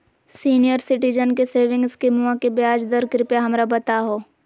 senior citizen के saving स्कीमवा के ब्याज दर कृपया हमरा बताहो